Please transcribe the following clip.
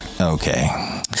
okay